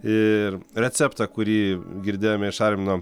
ir receptą kurį girdėjome iš armino